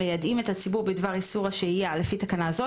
המיידעים את הציבור בדבר איסור השהייה לפי תקנה זו,